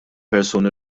persuni